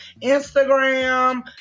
Instagram